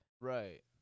Right